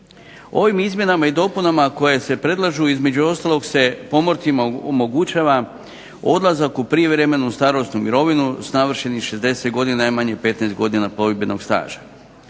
Ovim izmjenama i dopunama koje se predlažu između ostalog se pomorcima omogućava odlazak u prijevremenu starosnu mirovinu s navršenih 60 godina i najmanje 15 godina plovidbenog staža.